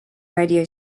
radio